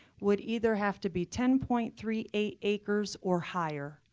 would either have to be ten point three acres or higher.